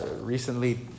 Recently